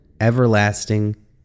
everlasting